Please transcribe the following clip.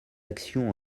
actions